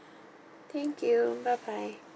thank you bye bye